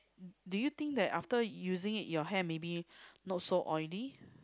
do you think that after using it your hair maybe not so oily